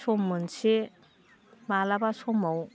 सम मोनसे माब्लाबा समाव